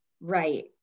Right